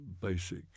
basic